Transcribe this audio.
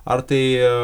ar tai